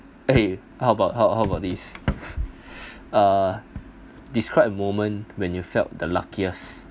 eh how about how about this uh describe a moment when you felt the luckiest